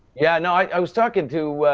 yeah, i know, i was talking to,